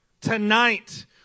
tonight